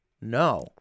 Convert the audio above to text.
No